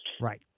Right